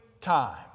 time